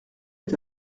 est